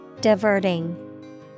Diverting